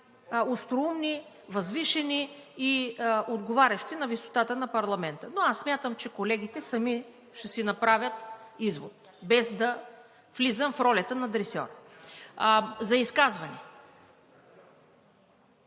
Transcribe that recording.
най-остроумни, възвишени и отговарящи на висотата на парламента, но аз смятам, че колегите сами ще си направят извод, без да влизам в ролята на дресьор. За изказвания?